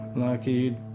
lockheed,